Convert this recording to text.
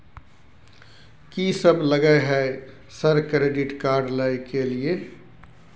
कि सब लगय हय सर क्रेडिट कार्ड लय के लिए?